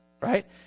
right